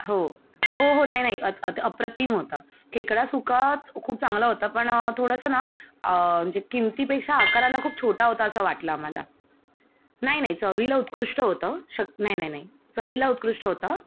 हो हो हो नाही नाही अप्रतिम होता खेकडा सुका खूप चांगला होता पण थोडंसं ना म्हणजे किमतीपेक्षा आकाराला खूप छोटा होता असा वाटला आम्हाला नाही नाही चवीला उत्कृष्ट होतं शक् नाही नाही नाही चवीला उत्कृष्ट होतं